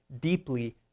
deeply